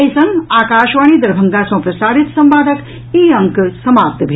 एहि संग आकाशवाणी दरभंगा सँ प्रसारित संवादक ई अंक समाप्त भेल